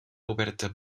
oberta